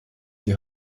die